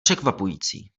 překvapující